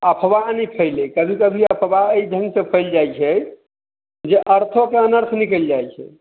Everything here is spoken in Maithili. अफबाह नहि फैलि जाइ छै कभी कभी अय ढंग सं फैलि जाई छै जे अर्थक अनर्थ निकलि जाई छै